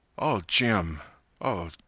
oh, jim oh,